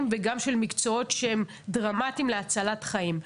וגם של מקצועות שהם דרמטיים להצלת חיים,